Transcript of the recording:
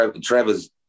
Trevor's